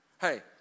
Hey